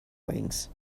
wings